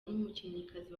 n’umukinnyikazi